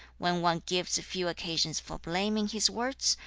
when one gives few occasions for blame in his words,